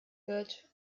burt